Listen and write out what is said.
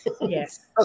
Yes